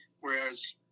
Whereas